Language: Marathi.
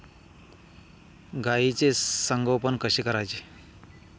गाईचे संगोपन कसे करायचे?